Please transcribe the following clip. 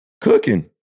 Cooking